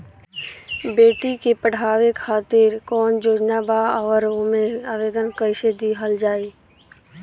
बेटी के पढ़ावें खातिर कौन योजना बा और ओ मे आवेदन कैसे दिहल जायी?